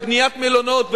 ובניית מלונות,